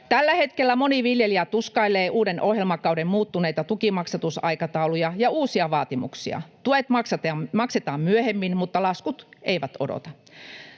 Tällä hetkellä moni viljelijä tuskailee uuden ohjelmakauden muuttuneita tukimaksatusaikatauluja ja uusia vaatimuksia. Tuet maksetaan myöhemmin, mutta laskut eivät odota.